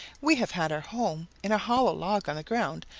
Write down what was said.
we have had our home in a hollow log on the ground,